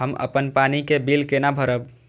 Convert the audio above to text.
हम अपन पानी के बिल केना भरब?